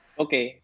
okay